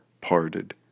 parted